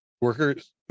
workers